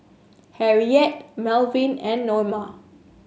Harriette Malvin and Norma